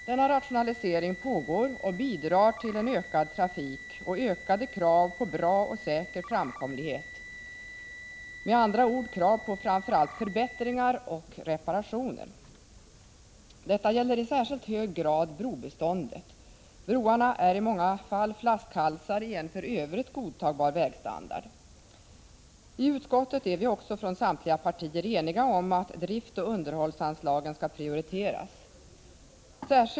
Denna rationalisering pågår och bidrar till en ökad trafik och ökade krav på bra och säker framkomlighet, med andra ord krav på framför allt förbättringar och reparationer. Detta gäller i särskilt hög grad brobeståndet. Broarna är i många fall flaskhalsar i en för övrigt godtagbar vägstandard. I utskottet är också samtliga partier eniga om att driftoch underhållsanslagen skall prioriteras.